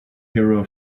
hero